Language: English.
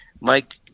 mike